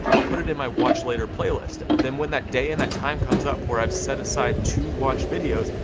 i'll put it in my watch later playlist, then when that day, and that time comes up, where i've set aside to watch videos,